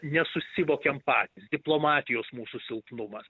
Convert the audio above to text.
nesusivokėme patys diplomatijos mūsų silpnumas